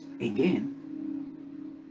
again